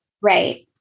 Right